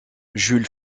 jules